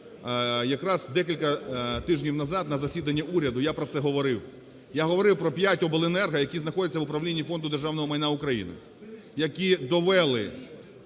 Якраз декілька тижнів назад на засіданні уряду я про це говорив. Я говорив про п'ять обленерго, які знаходяться в управлінні Фонду державного майна України, які довели,